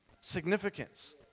significance